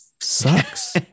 sucks